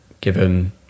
given